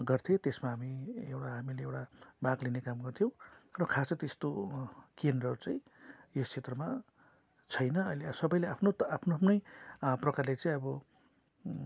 गर्थे त्यसमा हामी एउटा हामीले एउटा भाग लिने काम गर्थ्यौँ र खासै त्यस्तो केन्द्रहरू चाहिँ यस क्षेत्रमा छैन अहिले सबैले आफ्नो आफ्नो आफ्नै प्रकारले चाहिँ अब